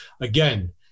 Again